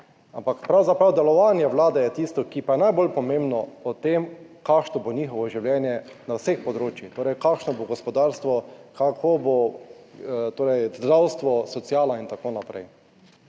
ampak pravzaprav delovanje Vlade je tisto, ki pa je najbolj pomembno o tem kakšno bo njihovo življenje na vseh področjih, torej kakšno bo gospodarstvo, kako bo torej zdravstvo, sociala, in tako naprej.